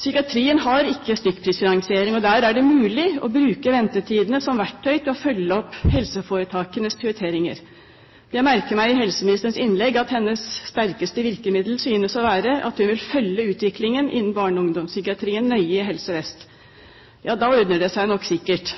Psykiatrien har ikke stykkprisfinansiering, og der er det mulig å bruke ventetidene som verktøy til å følge opp helseforetakenes prioriteringer. Jeg merket meg i helseministerens innlegg at hennes sterkeste virkemiddel synes å være at hun vil følge utviklingen innen barne- og ungdomspsykiatrien nøye i Helse Vest. Ja, da ordner det seg nok sikkert.